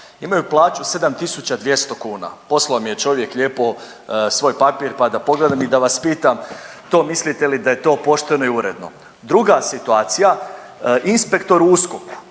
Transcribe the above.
imaju plaću 7.200 kuna, poslao mi je čovjek lijepo svoj papir, pa da pogledam i da vas pitam to mislite li da je to pošteno i uredno? Druga situacija, inspektor u USKOK-u